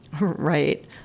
Right